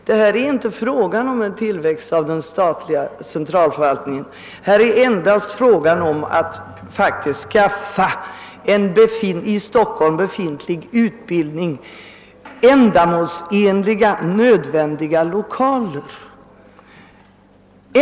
Men nu är det inte fråga om någon tillväxt av den statliga centralförvaltningen utan det gäller att skaffa en redan i Stockholm pågående utbildningsverksamhet ändamålsenliga och nödvändiga lokaler.